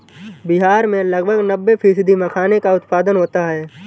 बिहार में लगभग नब्बे फ़ीसदी मखाने का उत्पादन होता है